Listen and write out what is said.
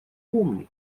помню